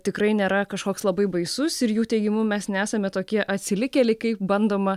tikrai nėra kažkoks labai baisus ir jų teigimu mes nesame tokie atsilikėliai kaip bandoma